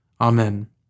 Amen